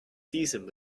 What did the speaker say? seasoned